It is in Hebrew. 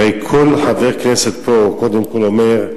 הרי כל חבר כנסת פה קודם כול אומר: